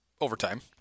overtime